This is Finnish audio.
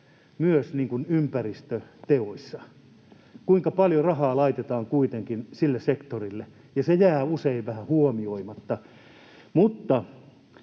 myös ympäristöteoissa, kuinka paljon rahaa laitetaan kuitenkin sille sektorille, mikä jää usein vähän huomioimatta.